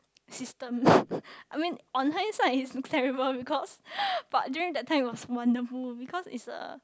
system I mean on hindsight it's terrible because but during that time was wonderful